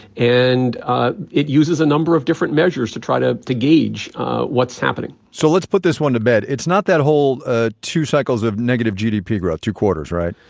and it uses a number of different measures to try to to gauge what's happening so let's put this one to bed. it's not that whole ah two cycles of negative gdp growth, two quarters, right?